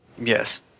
yes